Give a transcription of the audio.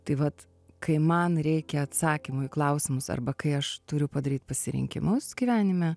tai vat kai man reikia atsakymo į klausimus arba kai aš turiu padaryt pasirinkimus gyvenime